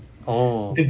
oh